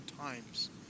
times